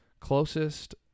Closest